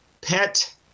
pet